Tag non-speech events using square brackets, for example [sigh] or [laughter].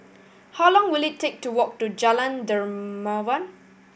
[noise] how long will it take to walk to Jalan Dermawan